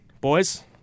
Boys